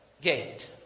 gate